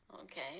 okay